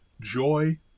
joy